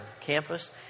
campus